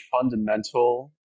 fundamental